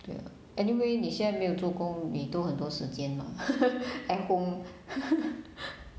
对 anyway 你现在没有做工你都很多时间 mah at home